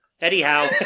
Anyhow